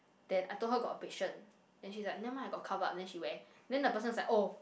then I told her got abrasion then she's like never mind I got cover up then she wear then the person's like oh